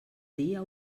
dia